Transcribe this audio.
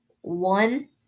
One